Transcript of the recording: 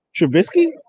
Trubisky